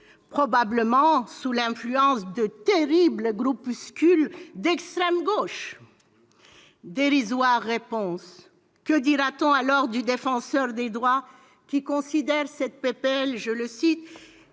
probablement sous l'influence de terribles groupuscules d'extrême gauche ? Dérisoire réponse ! Que dira-t-on alors du Défenseur des droits, qui considère que cette proposition de loi